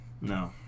No